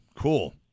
cool